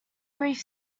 brief